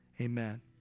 Amen